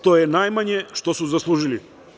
To je najmanje što su zaslužili.